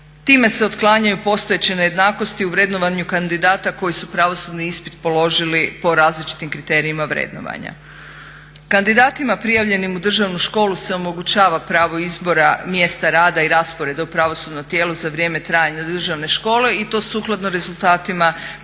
Time se otklanjaju postojeće nejednakosti u vrednovanju kandidata koji su pravosudni ispit položili po različitim kriterijima vrednovanja. Kandidatima prijavljenim u Državnu školu se omogućava pravo izbora mjesta rada i rasporeda u pravosudno tijelo za vrijeme trajanja Državne škole i to sukladno rezultatima koje